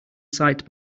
sight